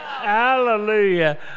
Hallelujah